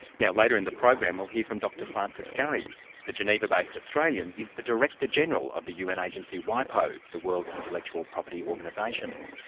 now later in the program we'll hear from dr francis gurry the geneva-based australian is the director-general of the un agency wipo, the world intellectual property organisation.